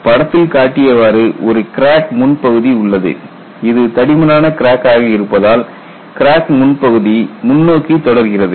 படத்தில் காட்டியவாறு ஒரு கிராக் முன்பகுதி உள்ளது இது தடிமனான கிராக் ஆக இருப்பதால் கிராக் முன்பகுதி முன்னோக்கி தொடர்கிறது